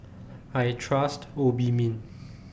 I Trust Obimin